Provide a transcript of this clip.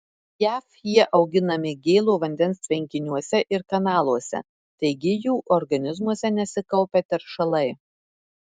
jav jie auginami gėlo vandens tvenkiniuose ir kanaluose taigi jų organizmuose nesikaupia teršalai